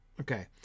Okay